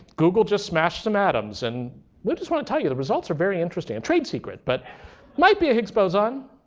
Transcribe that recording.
google just smashed some atoms, and we just want to tell you the results are very interesting. a trade secret, but might be a higgs boson.